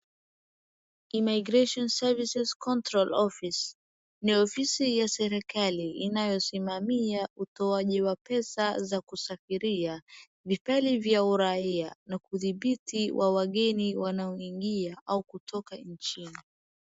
Immigration Services Control Office ni ofisi ya serikali inayosimamia utoaji wa pesa za kusafiria, vibali vya uraia na kudhibiti wa wageni wanao ingia au kutoka nchini.